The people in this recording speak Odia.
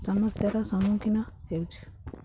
ସମସ୍ୟାର ସମ୍ମୁଖୀନ ହେଉଛି